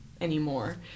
anymore